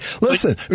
listen